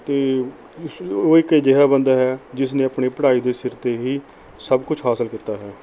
ਅਤੇ ਉਸ ਉਹ ਇੱਕ ਅਜਿਹਾ ਬੰਦਾ ਹੈ ਜਿਸ ਨੇ ਆਪਣੀ ਪੜ੍ਹਾਈ ਦੇ ਸਿਰ 'ਤੇ ਹੀ ਸਭ ਕੁਝ ਹਾਸਲ ਕੀਤਾ ਹੈ